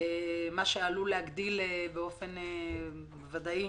מה שעלול להגדיל באופן ודאי